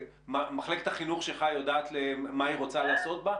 מחלקת החינוך שלך יודעת מה היא רוצה לעשות בה?